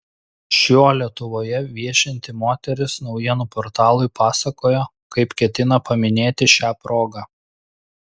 šiuo lietuvoje viešinti moteris naujienų portalui pasakojo kaip ketina paminėti šią progą